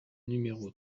numéro